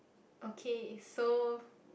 okay so